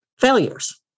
failures